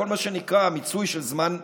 כל מה שנקרא מיצוי של זמן הפנאי,